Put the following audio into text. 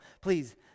please